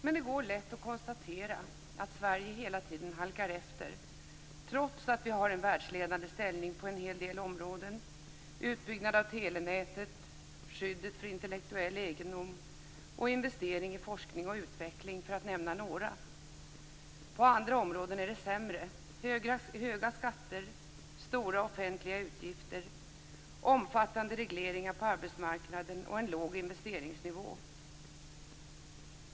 Men det går lätt att konstatera att Sverige hela tiden halkar efter, trots att vi har en världsledande ställning på en hel del områden - utbyggnad av telenätet, skyddet för intellektuell egendom och investering i forskning och utveckling, för att nämna några. På andra områden är det sämre: höga skatter, stora offentliga utgifter, omfattande regleringar på arbetsmarknaden och en låg investeringsnivå.